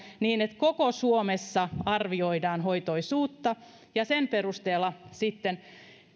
niin että koko suomessa arvioidaan hoitoisuutta sen perusteella sitten